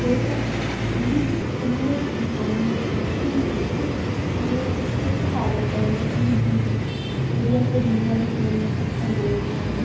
दो cup tea तुमने पी हमने पी ही ही ही एह् इक क्हावत ऐ इ'यां हिंदी दी जेह्ड़ी अस रीलां दिक्खने होन्ने उत्थै बोलदे एं